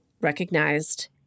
recognized